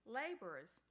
laborers